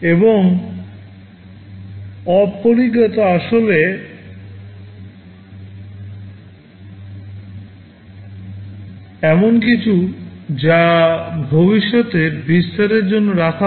এবং অপরিজ্ঞাত আসলে এমন কিছু যা ভবিষ্যতের বিস্তারের জন্য রাখা হয়